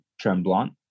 Tremblant